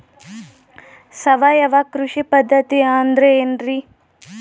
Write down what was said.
ಸಾವಯವ ಕೃಷಿ ಪದ್ಧತಿ ಅಂದ್ರೆ ಏನ್ರಿ?